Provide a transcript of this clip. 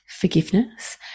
forgiveness